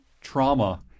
trauma